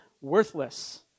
worthless